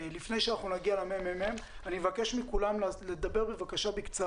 לפני שנגיע לממ"מ אני מבקש מכולם לדבר בקצרה.